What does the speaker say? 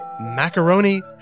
macaroni